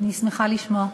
אני שמחה לשמוע.